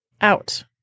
out